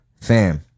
Fam